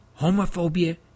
Homophobia